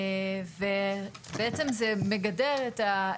ובעצם זה מגדר את,